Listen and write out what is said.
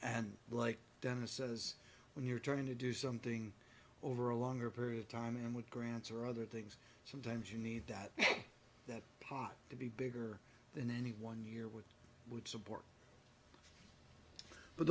and like dennis says when you're trying to do something over a longer period of time and with grants or other things sometimes you need that that pot to be bigger than any one year which would support but